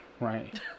Right